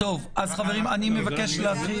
אני מבקש להעיר